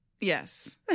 Yes